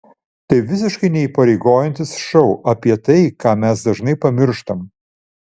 tai visiškai neįpareigojantis šou apie tai ką mes dažnai pamirštam